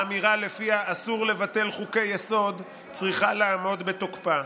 האמירה שלפיה אסור לבטל חוקי-יסוד צריכה לעמוד בתוקפה.